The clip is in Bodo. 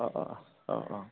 औ औ औ औ औ